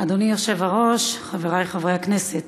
אדוני היושב-ראש, חברי חברי הכנסת,